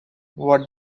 what